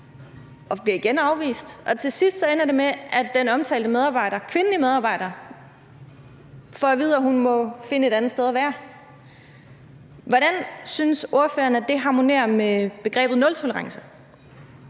og bliver igen afvist, og til sidst ender det med, at den omtalte kvindelige medarbejder får at vide, at hun må finde et andet sted at være. Hvordan synes ordføreren at det harmonerer med begrebet nultolerance?